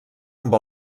amb